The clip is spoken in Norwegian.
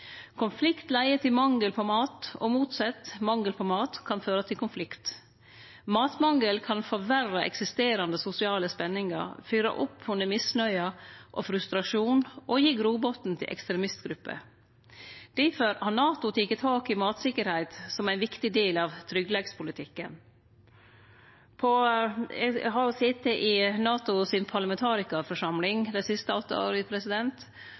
Konflikt leier til mangel på mat, og motsett kan mangel på mat føre til konflikt. Matmangel kan forverre eksisterande sosiale spenningar, fyre opp under misnøye og frustrasjon og gi grobotn til ekstremistgrupper. Difor har NATO teke tak i mattryggleik som ein viktig del av tryggleikspolitikken. Eg har sete i NATOs parlamentarikarforsamling dei siste åtte åra,